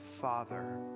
Father